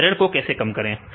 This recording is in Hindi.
तो ऐरर को कैसे कम करें